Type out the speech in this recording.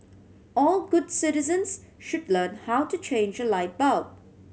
all good citizens should learn how to change a light bulb